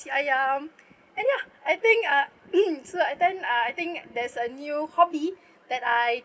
ayam and ya I think uh so I tend uh I think there's a new hobby that I